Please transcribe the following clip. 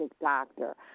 doctor